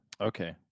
Okay